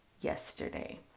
yesterday